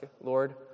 Lord